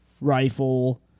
rifle